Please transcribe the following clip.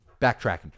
Backtracking